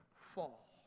fall